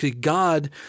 God